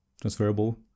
Transferable